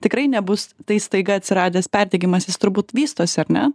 tikrai nebus tai staiga atsiradęs perdegimas jis turbūt vystosi ar ne